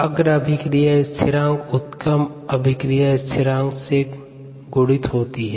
अग्र अभिक्रिया स्थिरांक उत्क्रम अभिक्रिया स्थिरांक से गुणित होती हैं